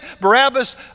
Barabbas